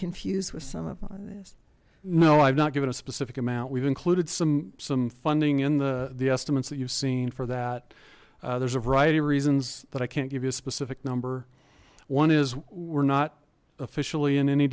confused with some of this no i've not given a specific amount we've included some some funding in the the estimates that you've seen for that there's a variety of reasons that i can't give you a specific number one is we're not officially in any